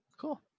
Cool